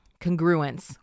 congruence